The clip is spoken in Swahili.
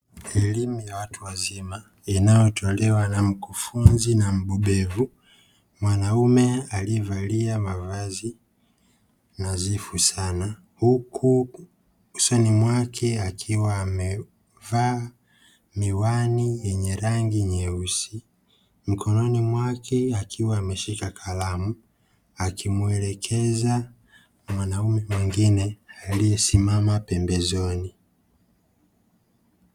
Elimu ya watu wazima inayotolewa na mkufunzi na mbubevu mwanaume aliyevalia mavazi nadhifu sana huku usoni mwake akiwa amevaa miwani yenye rangi nyeusi, mkononi mwake akiwa ameshika kalamu akimwelekeza mwanaume mwingine aliyesimama pembezoni.